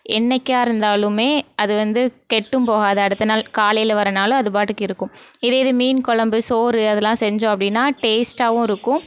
என்றைக்கா இருந்தாலுமே அது வந்து கெட்டும் போகாது அடுத்தநாள் காலையில் வர்றனால் அதுபாட்டுக்கு இருக்கும் இதே இது மீன் கொழம்பு சோறு அதலாம் செஞ்சோம் அப்படின்னா டேஸ்ட்டாகவும் இருக்கும்